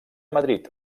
madrid